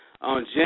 on